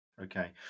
Okay